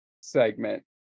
segment